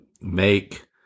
make